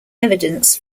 evidence